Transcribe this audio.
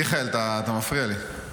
מיכאל, אתה מפריע לי.